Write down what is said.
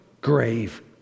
grave